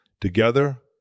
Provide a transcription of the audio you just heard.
Together